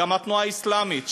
וגם התנועה האסלאמית,